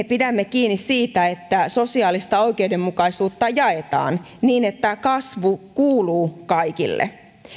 pidämme kiinni siitä että sosiaalista oikeudenmukaisuutta jaetaan niin että kasvu kuuluu kaikille